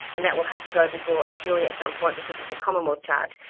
and that will have to go before a jury at some point, because it's a commonwealth charge,